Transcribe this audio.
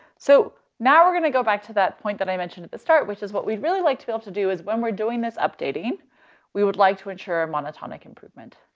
so now we're gonna go back to that point that i mentioned at the start which is what we'd really like to be able to do is when we're doing this updating we would like to ensure monotonic improvement.